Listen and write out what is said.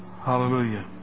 Hallelujah